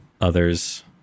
others